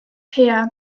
haearn